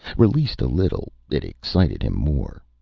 released a little, it excited him more.